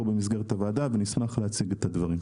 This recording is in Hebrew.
במסגרת הוועדה ונשמח להציג את הדברים.